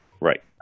Right